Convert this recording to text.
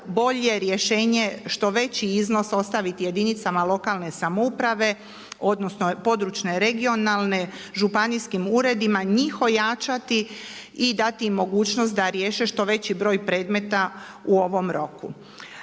bolje rješenje što veći iznos ostaviti jedinicama lokalne samouprave odnosno područne (regionalne), županijskim uredima, njih ojačati i dati im mogućnost da riješe što veći broj predmeta u ovom roku.